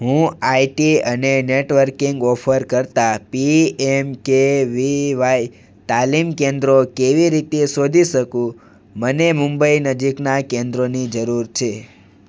હું આઇટી અને networking offer કરતા P M K V Y તાલીમ કેન્દ્રો કેવી રીતે શોધી શકું મને મુંબઈ નજીકનાં કેન્દ્રોની જરૂર છે